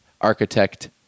architect